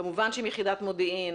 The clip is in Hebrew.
כמובן שעם יחידת מודיעין